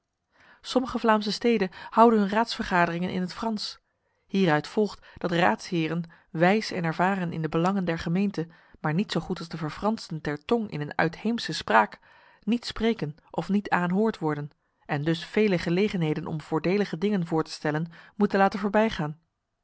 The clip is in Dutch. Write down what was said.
sommige vlaamse steden houden hun raadsvergaderingen in het frans hieruit volgt dat raadsheren wijs en ervaren in de belangen der gemeente maar niet zo goed als de verfransten ter tong in een uitheemse spraak niet spreken of niet aanhoord worden en dus vele gelegenheden om voordelige dingen voor te stellen moeten laten voorbijgaan